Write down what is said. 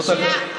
שנייה.